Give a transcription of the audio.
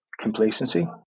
complacency